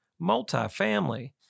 multifamily